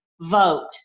vote